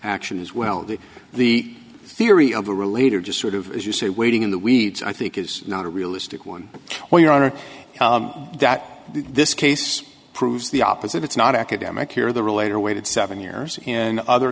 action as well that the theory of a relator just sort of as you say waiting in the weeds i think is not a realistic one well your honor that this case proves the opposite it's not academic here the relator waited seven years in other